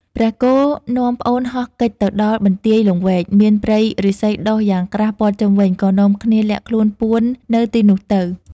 ព្រះគោនាំប្អូនហោះគេចទៅដល់បន្ទាយលង្វែក មានព្រៃឫស្សីដុះយ៉ាងក្រាស់ព័ទ្ធជុំវិញ ក៏នាំគ្នាលាក់ខ្លួនពួននៅទីនោះទៅ។